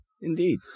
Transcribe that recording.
Indeed